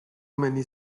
many